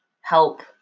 help